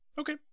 Okay